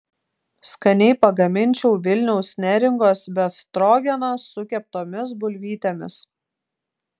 skaniai pagaminčiau vilniaus neringos befstrogeną su keptomis bulvytėmis